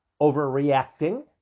overreacting